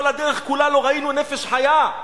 כל הדרך כולה לא ראינו נפש חיה.